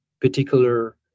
particular